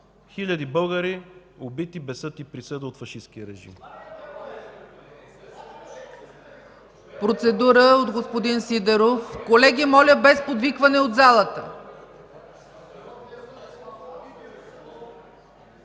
хиляди българи, убити без съд и присъда от фашисткия режим.